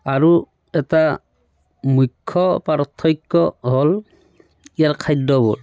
আৰু এটা মুখ্য পাৰ্থক্য হ'ল ইয়াৰ খাদ্যবোৰ